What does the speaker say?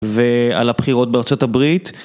ועל הבחירות בארצות הברית.